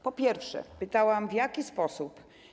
Po pierwsze, pytałam, w jaki sposób.